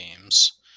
games